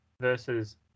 versus